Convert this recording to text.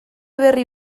berri